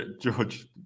George